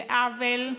זה עוול,